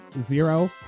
zero